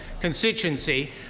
constituency